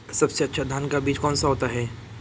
सबसे अच्छा धान का बीज कौन सा होता है?